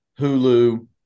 Hulu